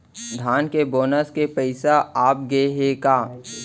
धान के बोनस के पइसा आप गे हे का?